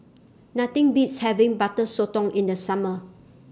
Nothing Beats having Butter Sotong in The Summer